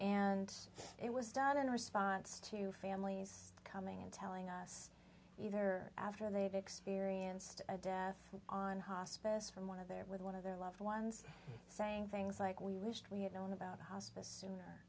and it was done in response to families coming in telling us either after they've experienced a death on hospice from one of their with one of their loved ones saying things like we wished we had known about ho